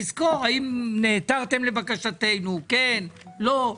נזכור האם נעתרתם לבקשתנו, כן, לא.